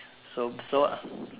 so so